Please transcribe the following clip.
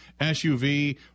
SUV